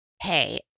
hey